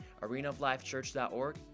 arenaoflifechurch.org